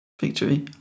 victory